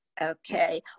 okay